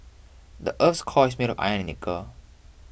the earth's core is made of iron and nickel